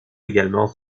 également